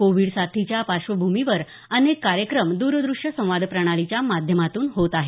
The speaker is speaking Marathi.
कोविड साथीच्या पार्श्वभूमीवर अनेक कार्यक्रम द्रद्रश्य संवाद प्रणालीच्या माध्यमातून होत आहेत